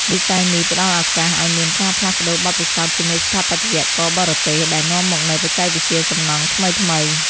វិស័យនេះផ្ដល់ឱកាសឱ្យមានការផ្លាស់ប្តូរបទពិសោធន៍ជាមួយស្ថាបត្យករបរទេស ដែលនាំមកនូវបច្ចេកវិទ្យាសំណង់ថ្មីៗ។